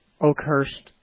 Oakhurst